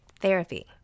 Therapy